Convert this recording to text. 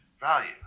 value